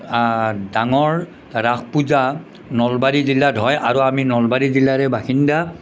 ডাঙৰ ৰাস পূজা নলবাৰী জিলাত হয় আৰু আমি নলবাৰী জিলাৰে বাসিন্দা